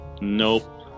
nope